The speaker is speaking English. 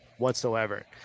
whatsoever